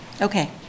Okay